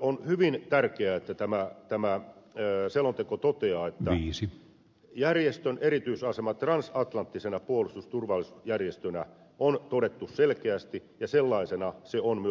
on hyvin tärkeää että tämä selonteko toteaa selkeästi järjestön erityisaseman transatlanttisena puolustus ja turvallisuusjärjestönä ja sellaisena se on